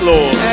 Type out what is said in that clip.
Lord